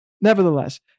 nevertheless